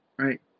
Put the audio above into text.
right